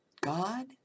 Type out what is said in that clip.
God